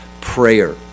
prayer